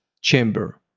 chamber